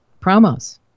promos